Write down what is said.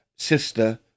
sister